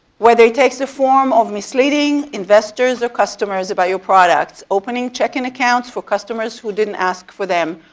where they takes the form of misleading investors or customers about your products. opening checking accounts for customers who didn't ask for them,